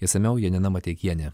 išsamiau janina mateikienė